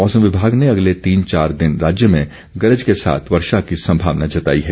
मौसम विभाग ने अगले तीन चार दिन राज्य में गरज के साथ वर्षा की सम्भावना जताई है